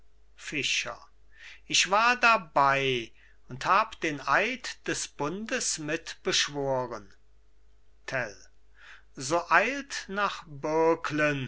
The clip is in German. fischer ich war dabei und hab den eid des bundes mit beschworen tell so eilt nach